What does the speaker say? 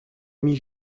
amie